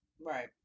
Right